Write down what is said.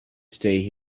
stay